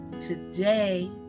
today